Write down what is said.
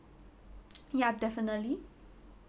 ya definitely